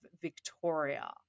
Victoria